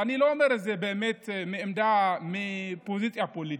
ואני לא אומר את זה מפוזיציה פוליטית,